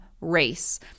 race